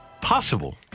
Possible